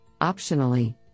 optionally